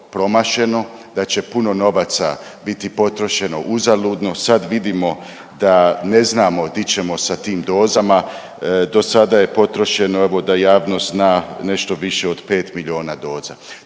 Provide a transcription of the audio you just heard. da će puno novaca biti potrošeno uzaludno, sad vidimo da ne znamo di ćemo sa tim dozama, dosada je potrošeno, evo da javnost zna, nešto više od 5 milijuna doza,